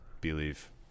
Believe